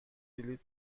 بلیط